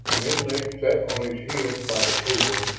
menlik sat on his heels by the pool,